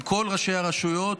עם כל ראשי הרשויות,